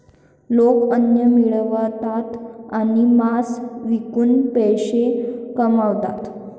लोक अन्न मिळवतात आणि मांस विकून पैसे कमवतात